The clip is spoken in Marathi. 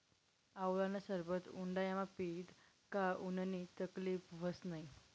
आवळानं सरबत उंडायामा पीदं का उननी तकलीब व्हस नै